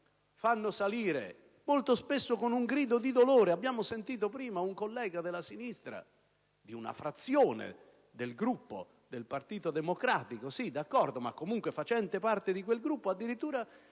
fanno salire, molto spesso con un grido di dolore. Abbiamo sentito prima un collega della sinistra - seppure di una frazione del Gruppo del Partito Democratico, ma comunque facente parte di quel Gruppo - mettere